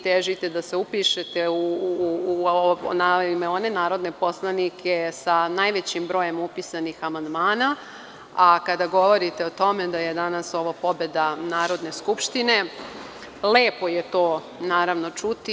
Težite da se upišete u one narodne poslanike sa najvećim brojem upisanih amandmana, a kada govorite o tome da je danas ovo pobeda Narodne skupštine, lepo je to čuti.